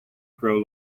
grow